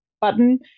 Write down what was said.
button